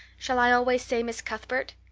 shall i always say miss cuthbert?